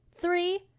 Three